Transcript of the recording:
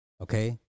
Okay